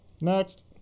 Next